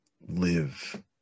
live